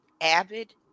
avid